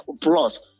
plus